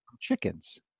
chickens